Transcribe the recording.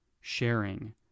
sharing